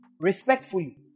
Respectfully